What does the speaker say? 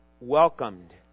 welcomed